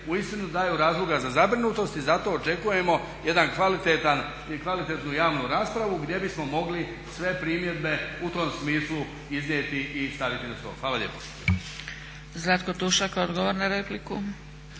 uistinu daju razloga za zabrinutost i zato očekujemo kvalitetnu javnu raspravu gdje bismo mogli sve primjedbe u tom smislu iznijeti i staviti na stol. Hvala lijepo. **Zgrebec, Dragica (SDP)** Zlatko Tušak, odgovor na repliku.